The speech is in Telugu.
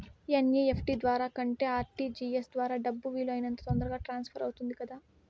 ఎన్.ఇ.ఎఫ్.టి ద్వారా కంటే ఆర్.టి.జి.ఎస్ ద్వారా డబ్బు వీలు అయినంత తొందరగా ట్రాన్స్ఫర్ అవుతుంది కదా